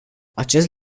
acest